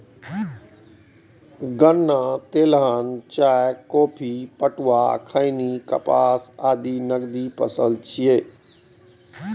गन्ना, तिलहन, चाय, कॉफी, पटुआ, खैनी, कपास आदि नकदी फसल छियै